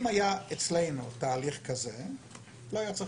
לו היה אצלנו תהליך כזה לא היה צריך